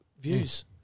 views